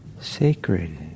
sacred